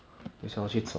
that's